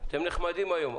אתם נחמדים היום.